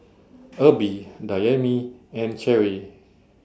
Erby Dayami and Cheri